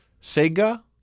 Sega